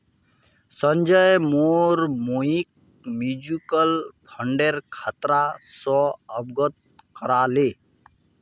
संजय मोर मइक म्यूचुअल फंडेर खतरा स अवगत करा ले